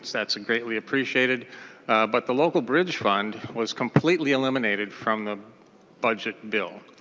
that's and greatly appreciated but the local bridge fund was completely eliminated from the budget bill.